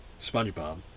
spongebob